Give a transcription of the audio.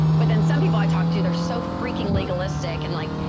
but then some people i talk to they're so freaking legalistic and like,